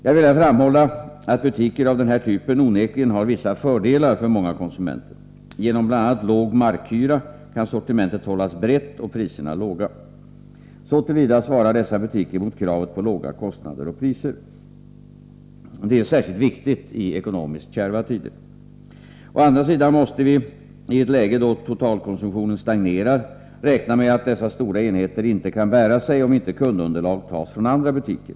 Jag vill här framhålla att butiker av denna typ onekligen har vissa fördelar för många konsumenter. Genom bl.a. låg markhyra kan sortimentet hållas brett och priserna låga. Så till vida svarar dessa butiker mot kravet på låga kostnader och priser. Detta är särskilt viktigt i ekonomiskt kärva tider. Å andra sidan måste vi, i ett läge då totalkonsumtionen stagnerar, räkna med att dessa stora enheter inte kan bära sig om inte kundunderlag tas från andra butiker.